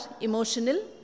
emotional